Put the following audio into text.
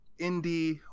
indie